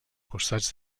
costats